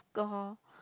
score